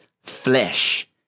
flesh